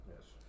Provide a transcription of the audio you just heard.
Yes